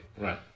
Right